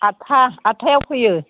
आदथा आदथायाव फैयो